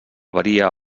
varia